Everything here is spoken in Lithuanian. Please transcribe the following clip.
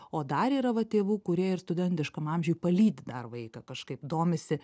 o dar yra va tėvų kurie ir studentiškam amžiuj palydi dar vaiką kažkaip domisi